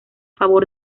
favor